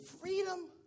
freedom